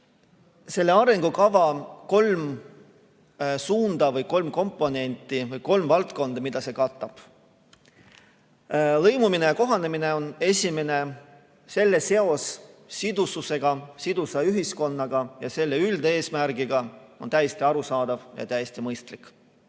Sellel arengukaval on kolm suunda või kolm komponenti või kolm valdkonda, mida ta katab. Lõimumine ja kohanemine on esimene. Selle seos sidususega, sidusa ühiskonnaga ja selle [kava] üldeesmärgiga on täiesti arusaadav ja täiesti mõistlik.